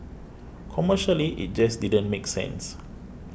commercially it just didn't make sense